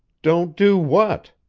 don't do what?